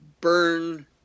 burn